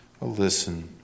Listen